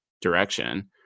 direction